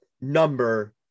number